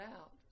out